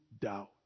doubt